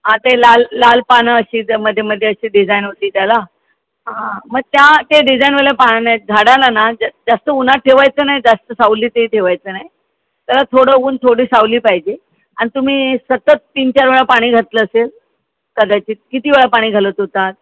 हां ते लाल लाल पान अशीच मध्ये मध्ये अशी डिजाइन होती त्याला हां मग त्या ते डिजाइनवालं पानं आहेत झाडाला ना जा जास्त उन्हात ठेवायचं नाही जास्त सावलीतही ठेवायचं नाही तर थोडं ऊन थोडी सावली पाहिजे आणि तुम्ही सतत तीन चार वेळा पाणी घातलं असेल कदाचित किती वेळा पाणी घालत होतात